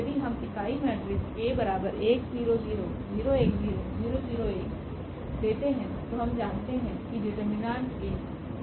यदि हम इकाई मेट्रिक्स लेते हैं तो हम जानते हैं कि